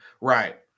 right